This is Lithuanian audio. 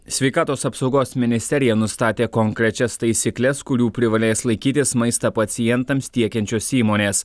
sveikatos apsaugos ministerija nustatė konkrečias taisykles kurių privalės laikytis maistą pacientams tiekiančios įmonės